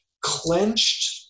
clenched